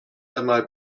einmal